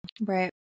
Right